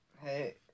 Hey